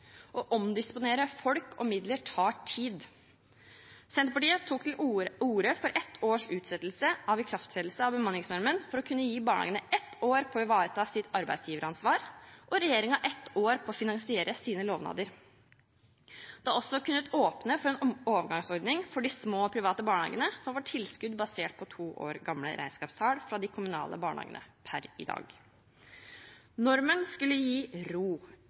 folk og midler tar tid. Senterpartiet tok til orde for ett års utsettelse av ikrafttredelse av bemanningsnormen for å kunne gi barnehagene ett år på å ivareta sitt arbeidsgiveransvar og regjeringen ett år på å finansiere sine lovnader. Det hadde også kunnet åpne for en overgangsordning for de små og private barnehagene, som per i dag får tilskudd basert på to år gamle regnskapstall fra de kommunale barnehagene. Normen skulle gi ro,